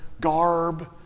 garb